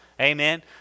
Amen